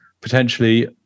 potentially